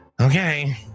Okay